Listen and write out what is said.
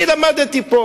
אני למדתי פה,